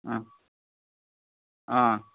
অঁ অঁ